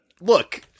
look